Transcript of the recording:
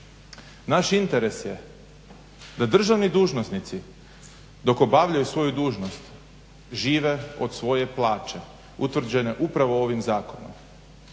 Naš interes je da državni dužnosnici dok obavljaju svoju dužnost žive od svoje plaće utvrđene upravo ovim zakonom,